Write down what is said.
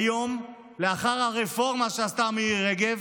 היום, לאחר הרפורמה שעשתה מירי רגב,